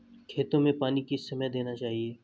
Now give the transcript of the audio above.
खेतों में पानी किस समय देना चाहिए?